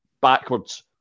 backwards